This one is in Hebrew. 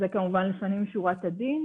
לפנים משורת הדין,